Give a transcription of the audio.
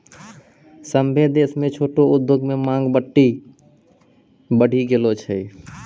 सभ्भे देश म छोटो उद्योग रो मांग बड्डी बढ़ी गेलो छै